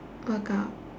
workout